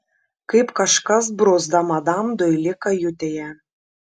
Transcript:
kaip kažkas bruzda madam doili kajutėje